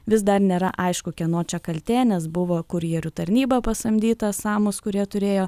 vis dar nėra aišku kieno čia kaltė nes buvo kurjerių tarnyba pasamdyta samus kurie turėjo